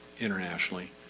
internationally